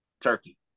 turkey